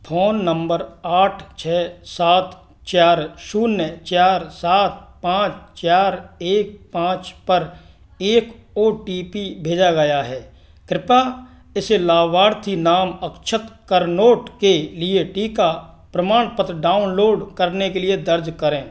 phone number आठ छः सात चार शून्य चार सात पाँच चार एक पाँच पर एक ओ टी पी भेजा गया है कृपा इसे लाभार्थी नाम अक्षत करनोट के लिए टीका प्रमाणपत्र डाउनलोड करने के लिए दर्ज करें